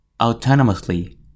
autonomously